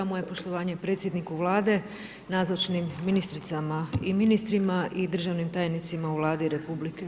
Moje poštovanje predsjedniku Vlade, nazočnim ministricama i ministrima i državnim tajnicima u Vladi RH.